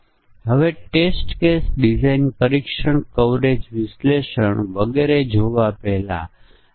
એ જ રીતે જ્યાં સુધી આ બે નહીં અને આ હા છે ત્યાં સુધી આપણે ઘરેલું છે કે નહીં તેની તસ્દી લેતા નથી